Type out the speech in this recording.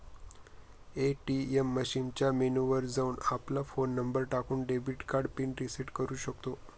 ATM मशीनच्या menu वर जाऊन, आपला फोन नंबर टाकून, डेबिट कार्ड पिन रिसेट करू शकतो